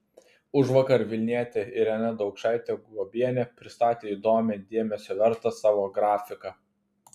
užvakar vilnietė irena daukšaitė guobienė pristatė įdomią dėmesio vertą savo grafiką